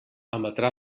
emetrà